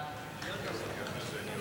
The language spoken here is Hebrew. בתי-הסוהר (מס' 39) (מניעת פגישת אסיר עם